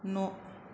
न'